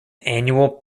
annual